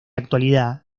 actualidad